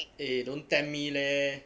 eh don't tempt me leh